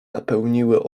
napełniły